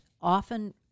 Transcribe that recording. often-